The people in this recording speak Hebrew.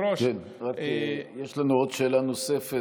יש לנו שאלה נוספת,